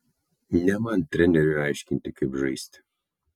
ne man treneriui aiškinti kaip žaisti